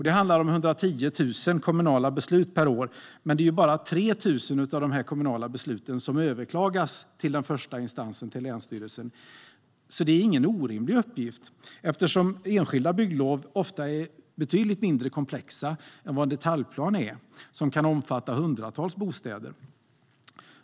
Det handlar om 110 000 kommunala beslut per år, men det är bara 3 000 av de kommunala besluten som överklagas till första instans, länsstyrelsen, så det är ingen orimlig uppgift, eftersom enskilda bygglov ofta är betydligt mindre komplexa än en detaljplan, som kan omfatta hundratals bostäder.